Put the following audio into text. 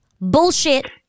Bullshit